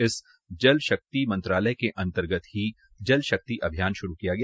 इस जल शक्ति मंत्रालय से अंतर्गत ही जल शक्ति अभियान शुरू किया गया